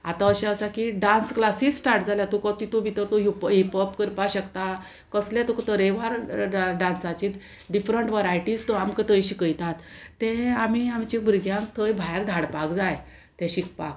आतां अशें आसा की डांस क्लासीस स्टार्ट जाल्यार तुका तितू भितर तूं हिप हिपॉप करपाक शकता कसलें तुका तरेवार डांसाची डिफरंट वरायटीज तूं आमकां थंय शिकयतात ते आमी आमच्या भुरग्यांक थंय भायर धाडपाक जाय ते शिकपाक